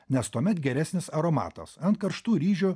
nes tuomet geresnis aromatas ant karštų ryžių